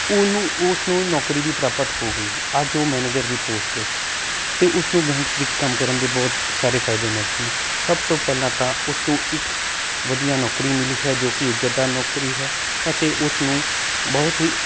ਉਹਨੂੰ ਉਸ ਨੂੰ ਨੌਕਰੀ ਵੀ ਪ੍ਰਾਪਤ ਹੋ ਗਈ ਅੱਜ ਉਹ ਮੈਨੇਜਰ ਦੀ ਪੋਸਟ 'ਤੇ ਹੈ ਉਸ ਨੂੰ ਬੈਂਕ ਵਿੱਚ ਕੰਮ ਕਰਨ ਦੀ ਬਹੁਤ ਸਾਰੇ ਫਾਇਦੇ ਮਿਲਦੇ ਸਭ ਤੋਂ ਪਹਿਲਾਂ ਤਾਂ ਉਸ ਨੂੰ ਇੱਕ ਵਧੀਆ ਨੌਕਰੀ ਮਿਲੀ ਹੈ ਜੋ ਕਿ ਇੱਜਤਦਾਰ ਨੌਕਰੀ ਹੈ ਅਤੇ ਉਸਨੂੰ ਬਹੁਤ ਹੀ